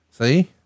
See